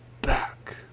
back